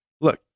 Look